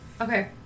Okay